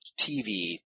TV